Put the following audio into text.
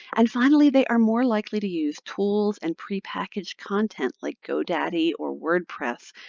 and finally, they are more likely to use tools and prepackaged content, like godaddy or wordpress.